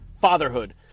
FATHERHOOD